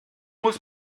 muss